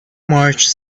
marge